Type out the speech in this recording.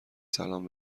سلام